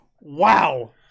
Wow